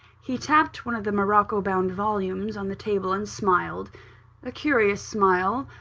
he tapped one of the morocco-bound volumes on the table, and smiled a curious smile,